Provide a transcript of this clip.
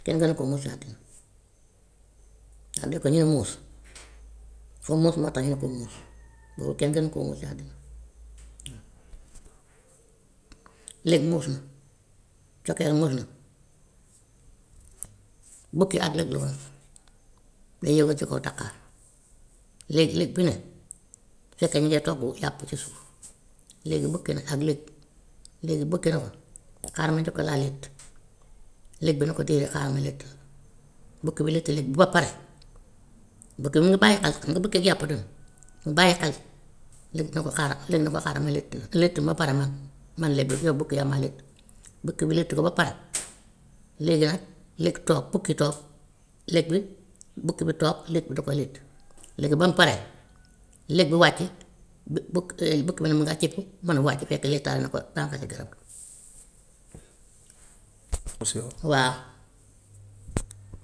Kenn gënu ko muus si àddina ndax déggoo ñu ne muus dafa muus moo tax ñu ne ko muus loolu kenn gënu koo muus si àddina waa. Lëg muus na, cokkeer muus na, bukki ak lëg la woon, ñu yéeg ba si kaw daqaar, léegi lëg bi ne fekk ñu ngay togg yàpp ci suuf léegi bukki nag ak lëg, léegi bukki ne ko xaaral ma njëkk laa létt lëg bi ne ko déedéet xaaral ma létt la, bukki bi létt lëg bi ba pare, bukki mu ngi bàyyi xel, xam nga bukkeeg yàpp tam mu bàyyi xel, lëg ne ko xaaral, lëg ne ko xaaral ma létt la, létt ma ba pare man ma le- yow bukki ma létt, bukki bi létt ko ba pare léegi nag lëg toog bukki toog, lëg bi bukki bi toog lëg da koy létt, léegi ba mu paree lëg wàcc ba buk- bukki bi ne mu ngay cëpp mën wàcc fekk léttaale na ko ko si garab gi waa.